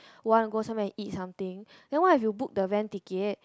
wanna go somewhere and eat something then what if you book the van ticket